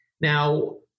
Now